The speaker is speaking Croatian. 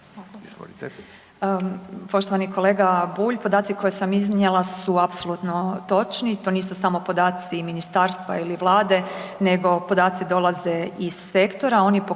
Poštovani kolega Bulj, podaci koje sam iznijela su apsolutno točni, to nisu samo podaci ministarstva ili vlade, nego podaci dolaze iz sektora, oni